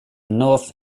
north